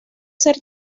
ser